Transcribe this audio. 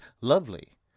lovely